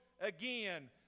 again